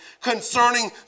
concerning